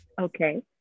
Okay